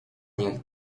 niech